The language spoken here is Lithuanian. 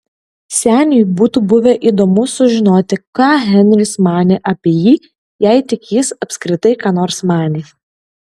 seniui būtų buvę įdomu sužinoti ką henris manė apie jį jei tik jis apskritai ką nors manė